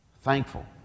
thankful